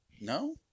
No